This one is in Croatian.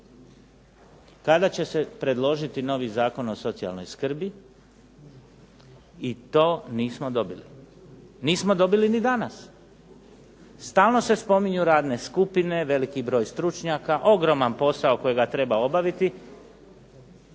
kada će se predložiti novi Zakon o socijalnoj skrbi i to nismo dobili. Nismo dobili ni danas. Stalno se spominju radne skupine, veliki broj stručnjaka, ogroman posao kojega treba obaviti.